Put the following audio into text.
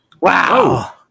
Wow